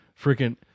Freaking